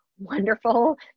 wonderful